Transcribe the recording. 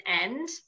end